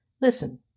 Listen